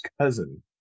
cousin